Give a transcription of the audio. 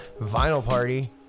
VinylParty